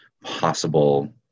possible